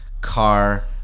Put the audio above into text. car